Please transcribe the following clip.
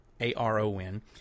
A-R-O-N